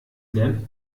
lernt